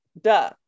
Duh